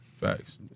Facts